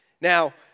Now